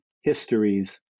histories